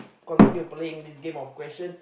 continue playing this game of question